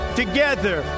together